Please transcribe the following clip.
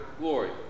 glory